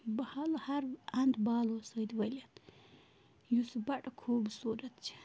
بَہل ہَر اَنٛد بالو سۭتۍ ؤلِتھ یُس بَڑٕ خوٗبصوٗرَت چھِ